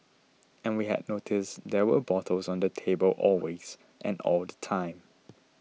and we had noticed there were bottles on the table always and all the time